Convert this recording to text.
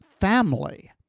family